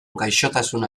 gaixotasun